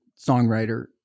songwriter